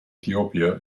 ethiopia